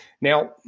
Now